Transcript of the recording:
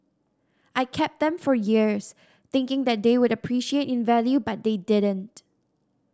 I kept them for years thinking that they would appreciate in value but they didn't